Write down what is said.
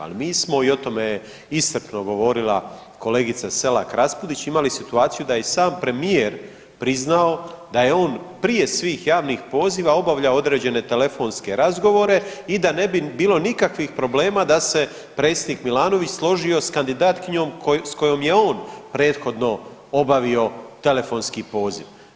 Ali mi smo i o tome je iscrpno govorila kolegica Selak Raspudić imali situaciju da je i sam premijer priznao da je on prije svih javnih poziva obavljao određene telefonske razgovore i da ne bi bilo nikakvih problema da se predsjednik Milanović složio s kandidatkinjom s kojom je on obavio telefonski poziv.